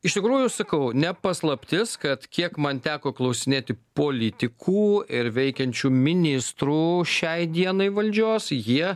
iš tikrųjų sakau ne paslaptis kad kiek man teko klausinėti politikų ir veikiančių ministrų šiai dienai valdžios jie